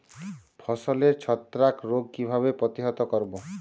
ফসলের ছত্রাক রোগ কিভাবে প্রতিহত করব?